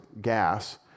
gas